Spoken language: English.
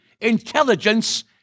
intelligence